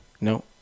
No